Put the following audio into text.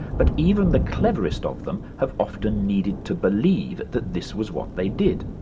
but even the cleverest of them have often needed to believe that this was what they did.